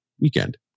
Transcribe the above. weekend